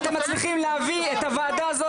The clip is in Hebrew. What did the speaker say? אתם מצליחים להביא את הוועדה הזאת,